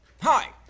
Hi